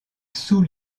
sous